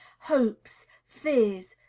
hopes, fears,